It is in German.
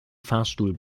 fahrstuhl